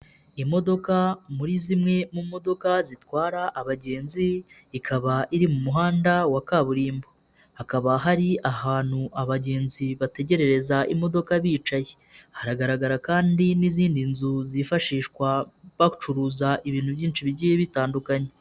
Imodoka muri zimwe mu modoka zitwara abagenzi, ikaba iri mu muhanda wa kaburimbo, hakaba hari ahantu abagenzi bategerereza imodoka bicaye, haragaragara kandi n'izindi nzu zifashishwa bacuruza ibintu byinshi bigiye bitandukanye.